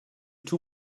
too